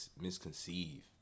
misconceive